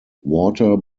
water